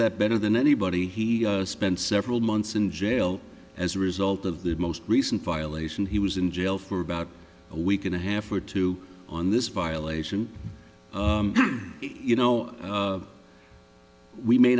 that better than anybody he spent several months in jail as a result of the most recent violation he was in jail for about a week and a half or two on this violation you know we may